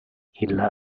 illa